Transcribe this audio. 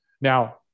Now